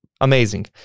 amazing